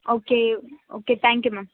okay okay thank you ma'am